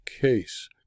case